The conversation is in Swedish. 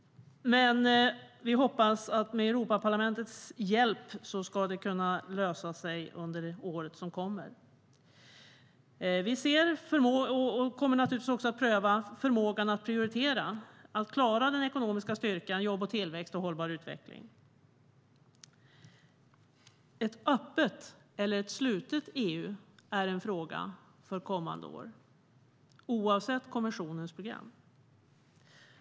Vi hoppas att det med Europaparlamentets hjälp ska kunna lösa sig under året som kommer. Vi kommer att pröva förmågan att prioritera och klara den ekonomiska styrkan, jobb, tillväxt och hållbar utveckling. Ett öppet eller ett slutet EU är en fråga för kommande år, oavsett kommissionens program.